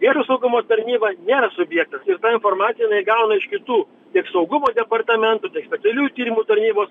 viešo saugumo tarnyba nėra subjektas ir tą informaciją gauna iš kitų tiek saugumo departamento specialiųjų tyrimų tarnybos